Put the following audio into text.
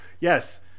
Yes